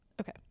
Okay